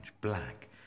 black